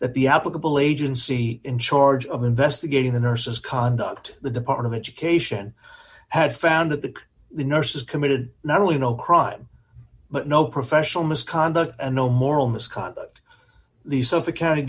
that the applicable agency in charge of investigating the nurses conduct the department occasion had found that the nurses committed not only no crime but no professional misconduct and no moral misconduct the suffolk county